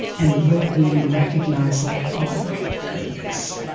and look, we would recognize, like oh, my goodness.